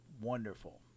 wonderful